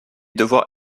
devoir